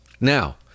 Now